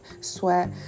sweat